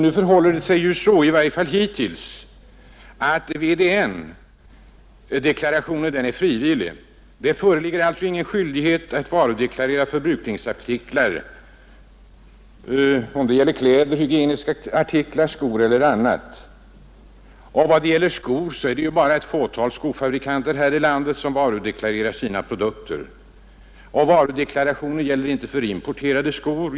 Nu förhåller det sig ju så, i varje fall hittills, att VDN-deklaration är frivillig. Det föreligger alltså ingen skyldighet att varudeklarera förbrukningsartiklar som skor, kläder, hygieniska artiklar eller annat. Vad beträffar skor är det ju endast ett fåtal skofabrikanter här i landet som varudeklarerar sina produkter. Varudeklarationen gäller inte för importerade skor.